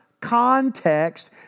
context